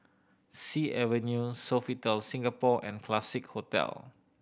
Sea Avenue Sofitel Singapore and Classique Hotel